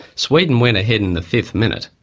sweden went ahead in the fifth minute,